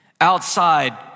Outside